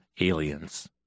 aliens